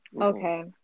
Okay